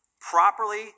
properly